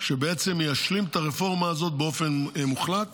שבעצם ישלים את הרפורמה הזאת באופן מוחלט